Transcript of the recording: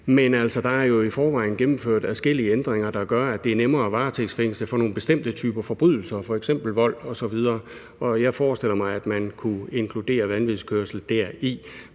der er jo i forvejen gennemført adskillige ændringer, der gør, at det er nemmere at varetægtsfængsle for nogle bestemte typer forbrydelser, f.eks. vold osv. Jeg forestiller mig, at man kunne inkludere vanvidskørsel deri.